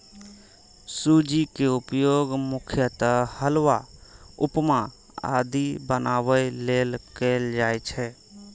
सूजी के उपयोग मुख्यतः हलवा, उपमा आदि बनाबै लेल कैल जाइ छै